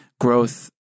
growth